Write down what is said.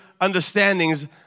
understandings